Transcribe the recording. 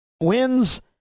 wins